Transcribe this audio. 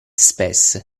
spes